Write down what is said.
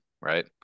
right